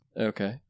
Okay